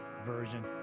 version